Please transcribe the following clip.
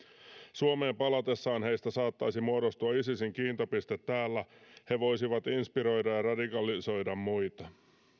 suomeen palatessaan heistä saattaisi muodostua isisin kiintopiste täällä he voisivat inspiroida ja radikalisoida muita